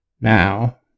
now